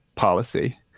policy